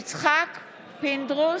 יצחק פינדרוס,